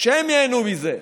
שהם ייהנו מזה.